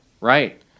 right